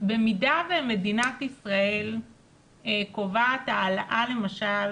במידה ומדינת ישראל קובעת העלאה למשל